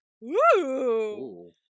Woo